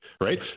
right